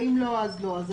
ואם לא, אז לא.